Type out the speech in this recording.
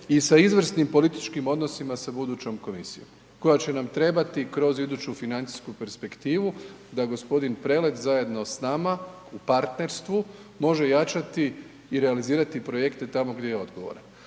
i sa izvrsnim političkim odnosima sa budućom komisijom koja će nam trebati kroz iduću financijsku perspektivu da g. Prelec zajedno s nama u partnerstvu može jačati i realizirati projekte tamo gdje je odgovoran,